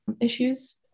issues